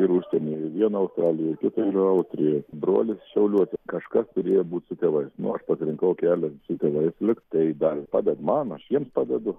ir užsienyje viena australijoj ir kita yra austrijoj brolis šiauliuose kažkas turėjo būt su tėvais nu aš pasirinkau kelią su tėvais likt tai dar ir padeda man aš jiems padedu